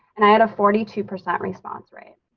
and i had a forty two percent response rate.